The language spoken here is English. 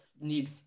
need